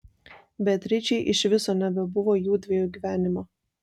beatričei iš viso nebebuvo jųdviejų gyvenimo